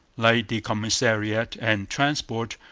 like the commissariat and transport,